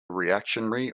reactionary